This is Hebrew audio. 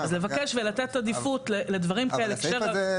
אז לבקש ולתת עדיפות לדברים כאלה --- אבל הסעיף הזה,